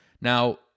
Now